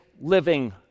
living